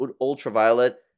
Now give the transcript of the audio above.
Ultraviolet